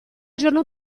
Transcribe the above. giorno